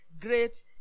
great